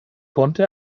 konnte